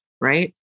right